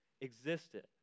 existed